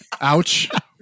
ouch